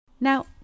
Now